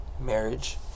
marriage